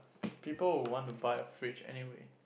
people would want to buy a fridge anyway